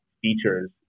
features